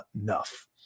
enough